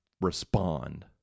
respond